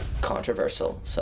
controversial